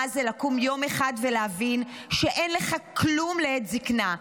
מה זה לקום יום אחד ולהבין שאין לך כלום לעת זקנה.